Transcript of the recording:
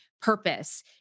purpose